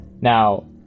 Now